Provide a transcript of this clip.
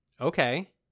okay